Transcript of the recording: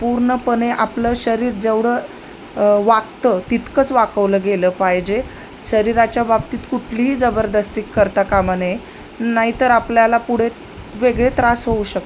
पूर्णपणे आपलं शरीर जेवढं वाकतं तितकंच वाकवलं गेलं पाहिजे शरीराच्या बाबतीत कुठलीही जबरदस्ती करता कामाने नाहीतर आपल्याला पुढे वेगळे त्रास होऊ शकतो